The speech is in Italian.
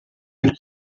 del